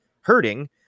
hurting